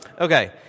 Okay